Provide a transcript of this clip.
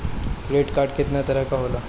Credit card कितना तरह के होला?